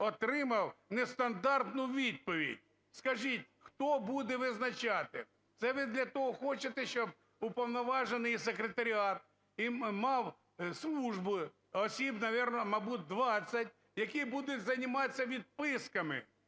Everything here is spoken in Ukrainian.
отримав нестандартну відповідь. Скажіть, хто буде визначати? Це ви для того хочете, щоб уповноважений і секретаріат мав на службі осіб, наверно, мабуть, 20, які будуть заниматься відписками,